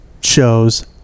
shows